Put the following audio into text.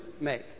make